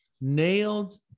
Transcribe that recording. nailed